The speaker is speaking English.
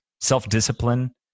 Self-discipline